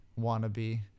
wannabe